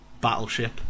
Battleship